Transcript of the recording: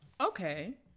Okay